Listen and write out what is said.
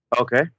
Okay